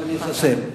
אבל זמנך תם.